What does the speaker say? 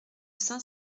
saint